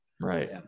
Right